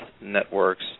networks